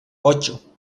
ocho